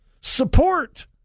support